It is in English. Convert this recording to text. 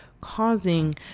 causing